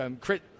Crit